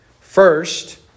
First